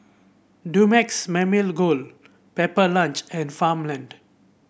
Dumex Mamil Gold Pepper Lunch and Farmland